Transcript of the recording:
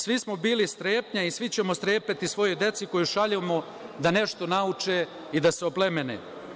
Svi smo bili strepnja i svi ćemo strepeti svojoj deci koju šaljemo da nešto nauče i da se oplemene.